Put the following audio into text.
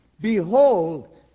behold